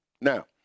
Now